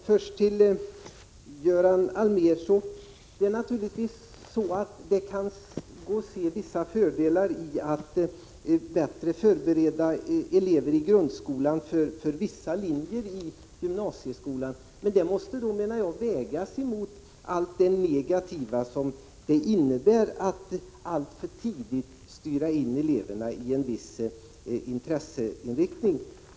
Fru talman! Först till Göran Allmér: Naturligtvis kan man se vissa fördelar med att bättre förbereda elever i grundskolan för vissa linjer i gymnasieskolan. Men detta måste, menar jag, vägas emot allt det negativa som det innebär att alltför tidigt styra eleverna mot en viss intresseinriktning.